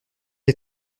est